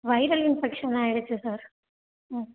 viral infection ஆகிடுச்சி sir ம்